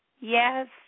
Yes